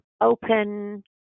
open